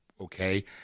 okay